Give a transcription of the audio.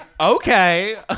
okay